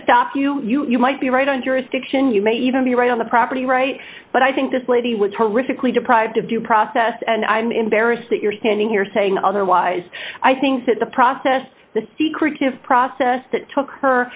stop you you might be right on jurisdiction you may even be right on the property right but i think this lady was horrifically deprived of due process and i'm embarrassed that you're standing here saying otherwise i think that the process the secretive process that took her